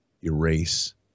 erase